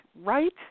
right